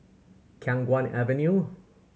Khiang Guan Avenue